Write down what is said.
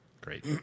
Great